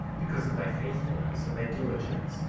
because of thy faithfulness and thy diligence,